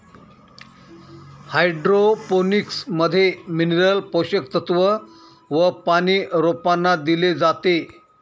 hydroponics मध्ये mineral पोषक तत्व व पानी रोपांना दिले जाते